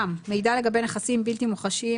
"מידע לגבי נכסים בלתי מוחשיים",